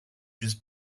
just